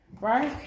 right